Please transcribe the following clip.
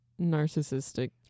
narcissistic